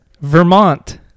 vermont